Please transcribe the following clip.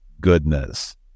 goodness